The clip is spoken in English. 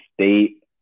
state